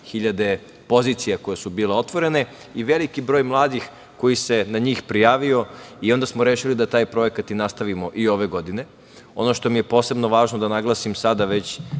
i hiljade koje su bile otvorene, i veliki broj mladih koji se na njih prijavio i onda smo rešili da taj projekat nastavimo i ove godine. Ono što mi je posebno važno da naglasim sada već